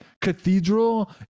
cathedral